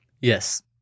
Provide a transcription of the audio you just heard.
Yes